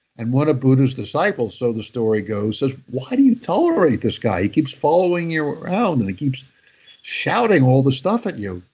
and buddha's disciples, so the story goes, says, why do you tolerate this guy? he keeps following you around and he keeps shouting all the stuff at you?